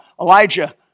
Elijah